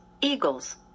Eagles